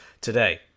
today